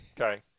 Okay